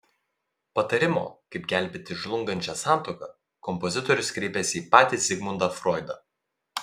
patarimo kaip gelbėti žlungančią santuoką kompozitorius kreipėsi į patį zigmundą froidą